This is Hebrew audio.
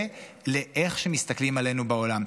ולאיך שמסתכלים עלינו בעולם.